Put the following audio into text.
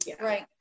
Right